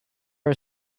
are